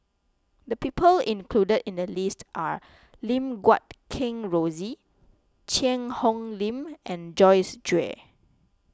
the people included in the list are Lim Guat Kheng Rosie Cheang Hong Lim and Joyce Jue